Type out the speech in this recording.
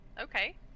okay